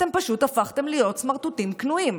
אתם פשוט הפכתם להיות סמרטוטים כנועים,